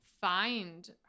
find